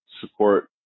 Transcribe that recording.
support